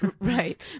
Right